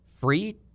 free